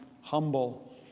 humble